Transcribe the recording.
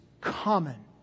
common